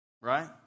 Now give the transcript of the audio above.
right